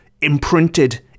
imprinted